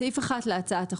בסעיף 1 להצעת החוק,